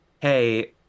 hey